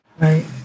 Right